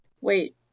Wait